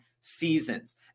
seasons